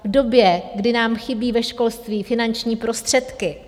V době, kdy nám chybí ve školství finanční prostředky?